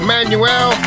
Manuel